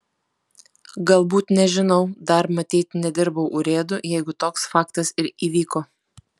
galbūt nežinau dar matyt nedirbau urėdu jeigu toks faktas ir įvyko